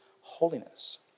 holiness